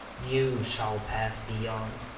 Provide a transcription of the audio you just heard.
you shall pass beyond,